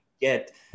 get